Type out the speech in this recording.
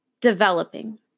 developing